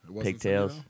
pigtails